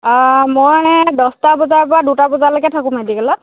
অ' মই দহটা বজাৰ পৰা দুটা বজালৈকে থাকোঁ মেডিকেলত